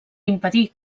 impedir